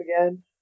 again